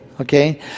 Okay